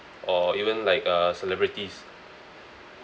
or even like uh celebrities